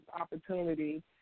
opportunity